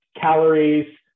calories